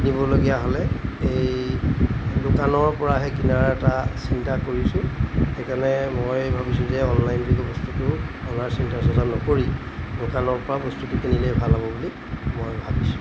কিনিবলগীয়া হ'লে এই দোকানৰ পৰাহে কিনাৰ এটা চিন্তা কৰিছোঁ সেইকাৰণে মই ভাবিছোঁ যে অনলাইনযোগে বস্তুটো অনাৰ চিন্তা চৰ্চা নকৰি দোকানৰ পৰা বস্তুটো কিনিলে ভাল হ'ব বুলি মই ভাবিছোঁ